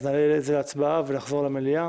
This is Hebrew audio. לכן נעלה את זה להצבעה ונחזור למליאה.